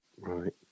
Right